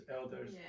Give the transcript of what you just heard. elders